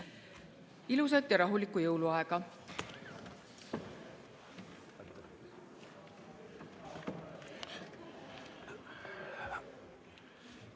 Ilusat ja rahulikku jõuluaega!